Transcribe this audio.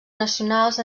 nacionals